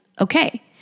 okay